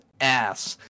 ass